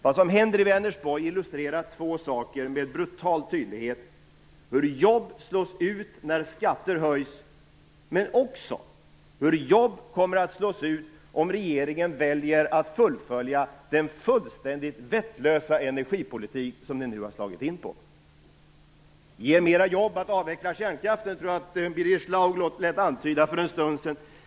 Vad som händer i Vänersborg illustrerar två saker med brutal tydlighet: hur jobb slås ut när skatter höjs, och hur jobb kommer att slås ut om regeringen väljer att fullfölja den fullständigt vettlösa energipolitik som den nu har slagit in på. Det ger flera jobb att avveckla kärnkraften, lät Birger Schlaug antyda för en stund sedan.